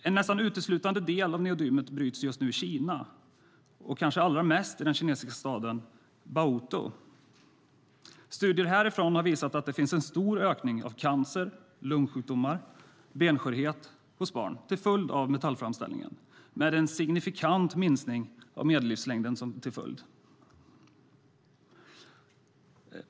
En nästan uteslutande del av neodymet bryts just nu i Kina och kanske allra mest i den kinesiska staden Baotou. Studier härifrån har visat att det finns en stor ökning av cancer, lungsjukdomar och benskörhet hos barn till följd av metallframställningen, med en signifikant minskning av medellivslängden som följd.